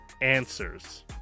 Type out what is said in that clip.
answers